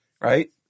Right